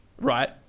right